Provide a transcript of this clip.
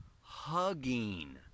hugging